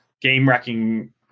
game-wrecking